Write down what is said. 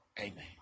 Amen